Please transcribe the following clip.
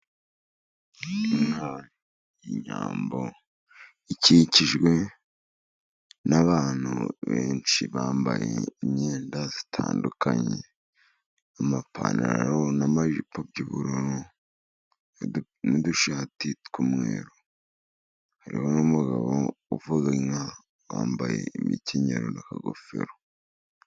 Inka y'inyambo ikikijwe n’abantu benshi bambaye imyenda itandukanye amapantaro n'amajipo by'ubururu n'udushati tw'umweru. Hariho n'umugabo uvuga inka wambaye imikenyero n'akagofero.